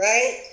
Right